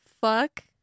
fuck